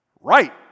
Right